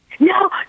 No